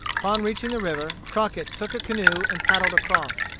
upon reaching the river, crockett took a canoe and paddled across.